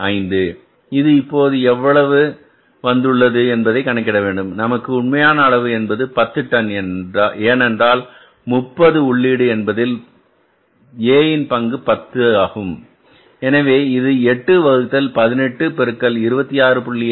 5 இது இப்போது எவ்வளவு வந்துள்ளது என்பதை கணக்கிட வேண்டும் நமக்கு உண்மையான அளவு என்பது 10 டன் ஏனென்றால் முப்பது உள்ளீடு என்பதில் 10 A ன் பங்காகும் எனவே இது 8 வகுத்தல் 18 பெருக்கல் 26